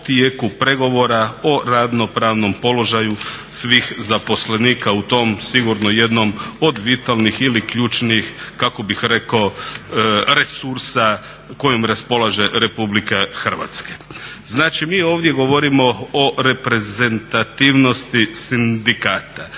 tijeku pregovora o radno pravnom položaju svih zaposlenika u tom sigurno jednom od vitalnih ili ključnih kako bih rekao resursa kojim raspolaže RH. Znači mi ovdje govorimo o reprezentativnosti sindikata.